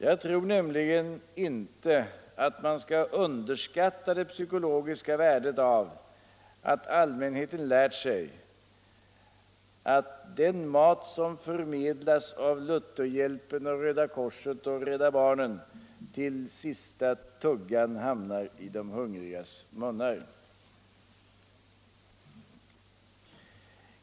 Jag tror nämligen inte att man skall underskatta det psykologiska värdet av att allmänheten har lärt sig att den mat som förmedlas av Lutherhjälpen och Röda korset och Rädda barnen till sista tuggan hamnar i de hungrigas munnar.